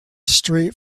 street